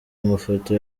amafoto